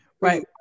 Right